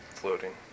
floating